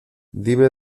dime